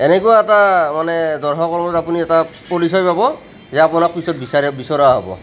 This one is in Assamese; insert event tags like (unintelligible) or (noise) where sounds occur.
এনেকুৱা এটা মানে দৰ্শকৰ লগত আপুনি এটা (unintelligible) পাব যে আপোনাক পিছত বিচাৰে বিচৰা হ'ব